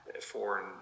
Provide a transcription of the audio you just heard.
foreign